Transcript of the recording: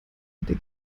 der